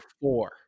four